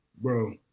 Bro